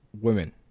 women